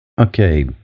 Okay